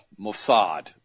Mossad